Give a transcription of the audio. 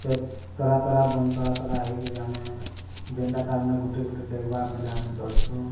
ସେ ତରା ତରା ବନ୍ଧ ତରା ତରା ହେଇକିରି ଆମେ ଯେନ୍ଟା ତାର୍ମାନେ ଗୁଟେଗୁଟେ ଡେଗ୍ବା ବେଲେ ଆମେ ଧର୍ସୁଁ